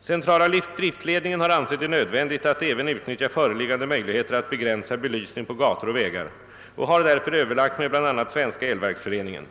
Centrala driftledningen har ansett det nödvändigt att även utnyttja föreliggande möjligheter att begränsa belysning på gator och vägar och har därför överlagt med bl.a. Svenska elverksföreningen.